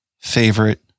favorite